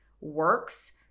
works